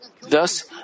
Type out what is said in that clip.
Thus